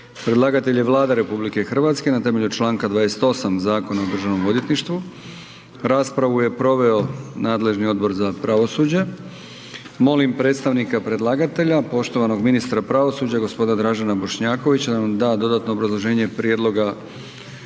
Predlagatelj je Vlada RH na temelju čl. 28. Zakona o državnom odvjetništvu. Raspravu je proveo nadležni Odbor za pravosuđe. Molim predstavnika predlagatelja poštovanog ministra pravosuđa g. Dražena Bošnjakovića da nam da dodatno obrazloženje prijedloga